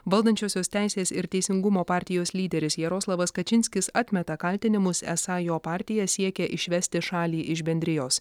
valdančiosios teisės ir teisingumo partijos lyderis jaroslavas kačinskis atmeta kaltinimus esą jo partija siekia išvesti šalį iš bendrijos